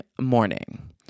morning